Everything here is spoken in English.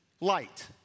light